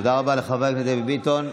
תודה רבה לחברת הכנסת דבי ביטון.